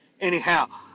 Anyhow